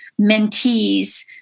mentees